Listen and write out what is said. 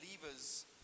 believers